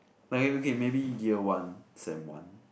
like uh okay maybe year one sem one